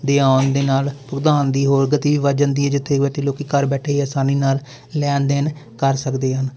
ਦੇ ਆਉਣ ਦੇ ਨਾਲ ਭੁਗਤਾਨ ਦੀ ਹੋਰ ਗਤੀ ਵੀ ਵੱਧ ਜਾਂਦੀ ਹੈ ਜਿੱਥੇ ਲੋਕ ਘਰ ਬੈਠੇ ਹੀ ਆਸਾਨੀ ਨਾਲ ਲੈਣ ਦੇਣ ਕਰ ਸਕਦੇ ਹਨ